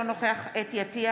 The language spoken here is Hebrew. אינו נוכח חוה אתי עטייה,